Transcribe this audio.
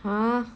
!huh!